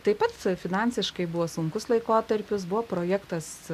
tai pats finansiškai buvo sunkus laikotarpis buvo projektas